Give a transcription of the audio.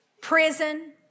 prison